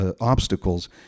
obstacles